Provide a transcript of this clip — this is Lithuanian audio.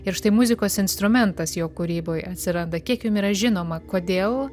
ir štai muzikos instrumentas jo kūryboj atsiranda kiek jum yra žinoma kodėl